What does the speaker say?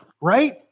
right